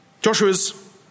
Joshua's